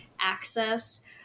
access